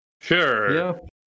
Sure